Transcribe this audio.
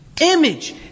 image